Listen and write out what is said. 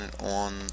on